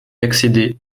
accéder